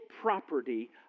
property